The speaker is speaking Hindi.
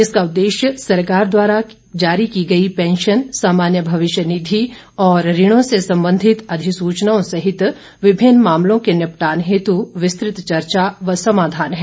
इसका उद्देश्य सरकार द्वारा जारी की गई पैंशन सामान्य भविष्य निधि और ऋणों से संबंधित अधिसूचनाओं सहित विभिन्न मामलों के निपटान हेत् विस्तृत चर्चा व समाधान है